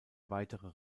weitere